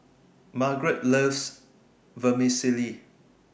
Margarette loves Vermicelli